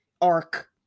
arc